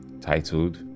titled